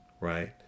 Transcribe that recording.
right